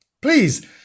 Please